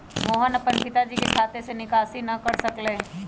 मोहन अपन पिताजी के खाते से निकासी न कर सक लय